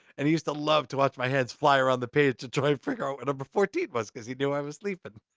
and he used to love to watch my hands fly around the page and try to figure out what number fourteen was, cause he knew i was sleeping. but